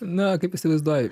na kaip įsivaizduoju